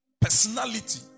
personality